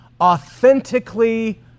authentically